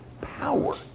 power